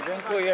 Dziękuję.